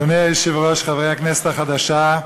אדוני היושב-ראש, חברי הכנסת החדשה,